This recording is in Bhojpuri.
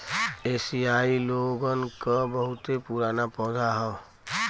एसिआई लोगन क बहुते पुराना पौधा हौ